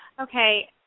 Okay